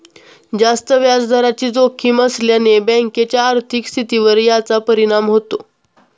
जास्त व्याजदराची जोखीम असल्याने बँकेच्या आर्थिक स्थितीवर याचा परिणाम होतो